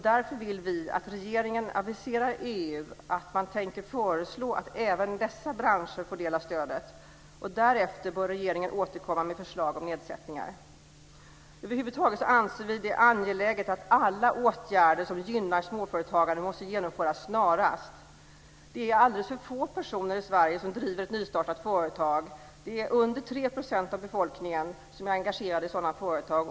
Därför vill vi att regeringen aviserar EU att man tänker föreslå att även dessa branscher får del av stödet. Därefter bör regeringen återkomma med förslag om nedsättningar. Över huvud taget anser vi att det är angeläget att alla åtgärder som gynnar småföretagande genomförs snarast. Det är alldeles för få personer i Sverige som driver ett nystartat företag. Det är under 3 % av befolkningen som är engagerade i sådana företag.